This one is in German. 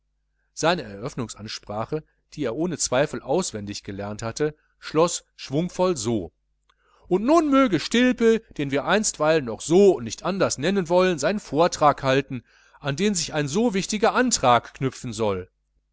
seine eröffnungsansprache die er ohne zweifel auswendig gelernt hatte schloß schwungvoll so und nun möge stilpe den wir einstweilen noch so und nicht anders nennen wollen seinen vortrag halten an den sich ein so wichtiger antrag knüpfen soll